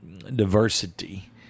diversity